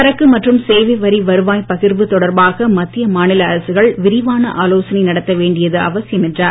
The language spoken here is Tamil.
சரக்கு மற்றும் சேவை வரி வருவாய்ப் பகிர்வு தொடர்பாக மத்திய மாநில அரசுகள் விரிவான ஆலோசனை நடத்த வேண்டியது அவசியம் என்றார்